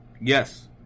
Yes